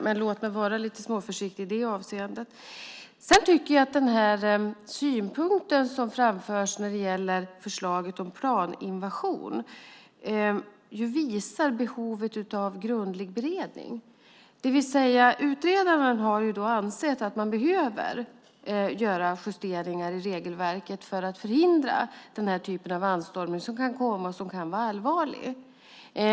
Men låt mig vara lite småförsiktig i det avseendet. Synpunkten som framförs när det gäller förslaget om planinvasion tycker jag visar på behovet av grundlig beredning. Det vill säga, utredaren har ansett att man behöver göra justeringar i regelverket för att förhindra den här typen av anstormning som kan komma och som kan vara allvarlig.